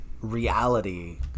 reality